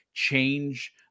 Change